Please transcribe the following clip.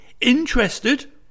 interested